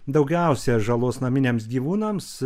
daugiausia žalos naminiams gyvūnams